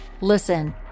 Listen